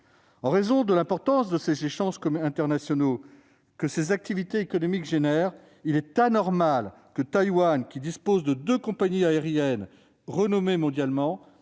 En raison de l'importance des échanges internationaux que ces activités économiques engendrent, il est anormal que Taïwan, qui dispose de deux compagnies aériennes réputées mondialement,